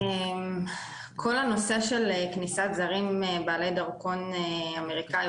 כל הנושא של כניסת זרים בעלי דרכון אמריקאי